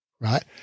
right